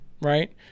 right